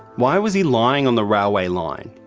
why was he lying on the railway line?